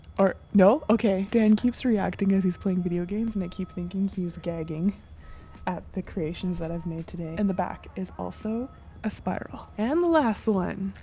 or no. okay, dan keeps reacting as he's playing video games and i keep thinking he's gagging at the creations that i've made today. and the back is also a spiral. and the last one,